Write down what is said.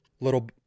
Little